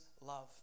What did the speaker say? love